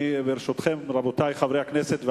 ברשותכם, רבותי חברי הכנסת והשרים,